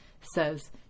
says